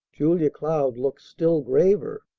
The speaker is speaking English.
julia cloud looked still graver.